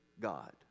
God